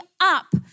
up